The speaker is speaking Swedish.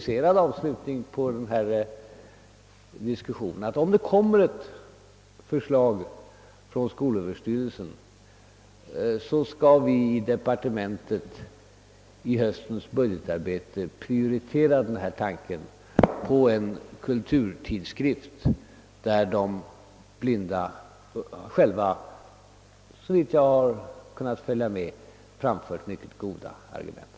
Som avslutning på denna diskussion vill jag konkret säga, att om skolöverstyrelsen framlägger ett förslag om en kulturtidskrift, för vilken de blinda själva — såvitt jag kunnat följa frågan — framfört mycket goda argument, så kommer vi i departementet under höstens budgetarbete att prioritera det förslaget.